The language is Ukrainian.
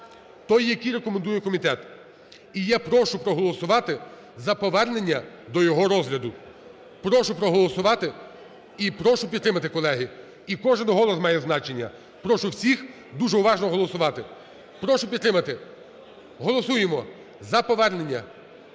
той, який рекомендує комітет. І я прошу проголосувати за повернення до його розгляду. Прошу проголосувати і прошу підтримати. Колеги, і кожен голос має значення, прошу всіх дуже уважно голосувати, прошу підтримати. Голосуємо за повернення,